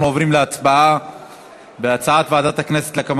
אנחנו עוברים להצבעה על הצעת ועדת הכנסת להקים